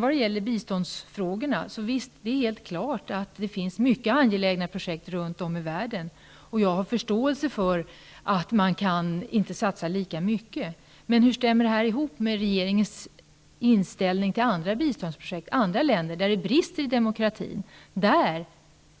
Vad gäller biståndsfrågorna finns det självfallet mycket angelägna projekt runt om i världen, och jag har förståelse för att man inte kan satsa lika mycket. Men hur stämmer detta överens med inställningen till andra biståndsprojekt i andra länder där det brister i demokrati? I dessa fall